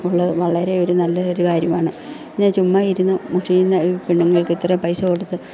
ഉള്ളത് വളരെയൊരു നല്ല ഒരു കാര്യമാണ് ഇങ്ങനെ ചുമ്മായിരുന്ന് മുഷിയുന്ന ഈ പെണ്ണുങ്ങൾക്ക് ഇത്രയും പൈസ കൊടുത്ത്